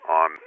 on